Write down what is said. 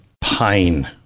pine